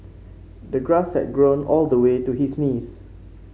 the grass had grown all the way to his knees